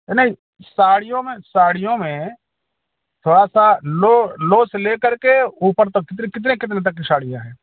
नई साड़ियों में साड़ियों में थोड़ा सा लो लो से ले करके ऊपर तक कितने कितने कितने तक की साड़ियाँ हैं